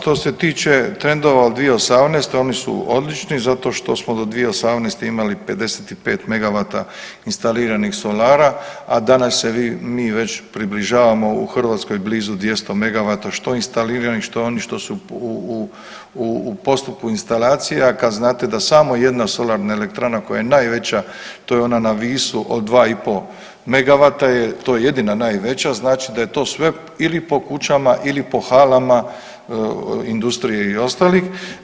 Što se tiče trendova od 2018. oni su odlični zato što smo do 2018. imali 55 megavata instaliranih solara, a danas se mi već približavamo u Hrvatskoj blizu 200 megavata što instaliranih što onih što su u postupku instalacije, a kad znate da samo jedna solarna elektrana koja je najveća, to je ona na Visu od 2,5 megavata, to je jedina najveća, znači da je to sve ili po kućama ili po halama industrije i ostalih.